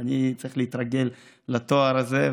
אני צריך להתרגל לתואר הזה,